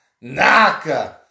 Naka